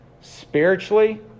spiritually